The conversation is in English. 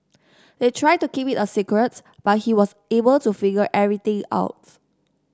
they tried to keep it a secrets but he was able to figure everything out